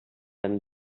and